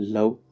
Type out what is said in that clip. Love